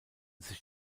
sich